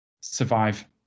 survive